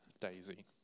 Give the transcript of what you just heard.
Daisy